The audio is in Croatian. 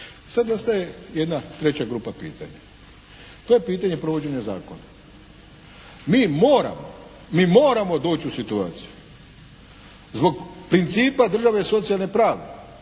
Sad ostaje jedna treća grupa pitanja. To je pitanje provođenja zakona. Mi moramo doći u situaciju zbog principa države socijalne pravde,